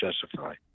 justify